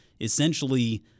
essentially